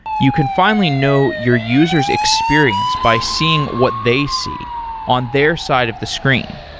you can finally know your user s experience by seeing what they see on their side of the screen.